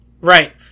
Right